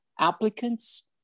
applicants